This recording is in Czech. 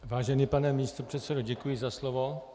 Vážený pane místopředsedo, děkuji za slovo.